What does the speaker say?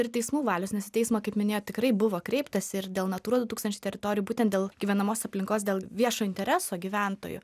ir teismų valios nes į teismą kaip minėjot tikrai buvo kreiptasi ir dėl natūra du tūkstančiai teritorijų būtent dėl gyvenamos aplinkos dėl viešo intereso gyventojų